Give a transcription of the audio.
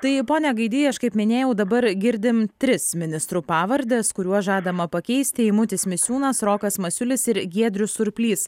tai pone gaidy aš kaip minėjau dabar girdim tris ministrų pavardes kuriuos žadama pakeisti eimutis misiūnas rokas masiulis ir giedrius surplys